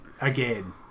again